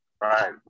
Right